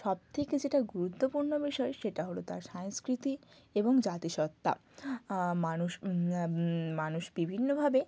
সবথেকে যেটা গুরুত্বপূর্ণ বিষয় সেটা হল তার সংস্কৃতি এবং জাতিসত্ত্বা মানুষ মানুষ বিভিন্নভাবে